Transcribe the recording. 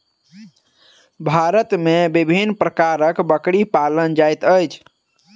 भारत मे विभिन्न प्रकारक बकरी पाओल जाइत छै